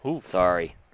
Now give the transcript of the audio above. Sorry